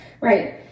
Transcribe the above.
right